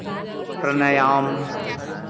प्राणायाम